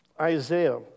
Isaiah